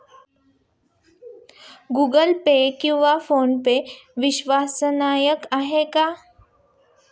Google Pay किंवा PhonePe विश्वसनीय आहेत का?